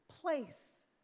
place